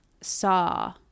saw